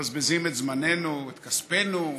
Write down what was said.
מבזבזים את זמננו, את כספנו?